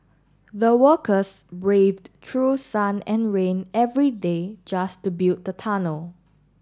the workers braved through sun and rain every day just to build the tunnel